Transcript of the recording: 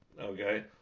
Okay